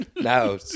Now